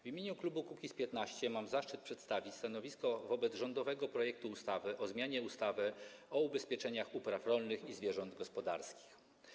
W imieniu klubu Kukiz’15 mam zaszczyt przedstawić stanowisko wobec rządowego projektu ustawy o zmianie ustawy o ubezpieczeniach upraw rolnych i zwierząt gospodarskich.